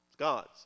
Gods